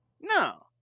No